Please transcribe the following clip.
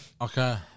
okay